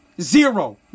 Zero